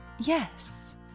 Yes